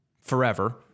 forever